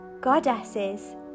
goddesses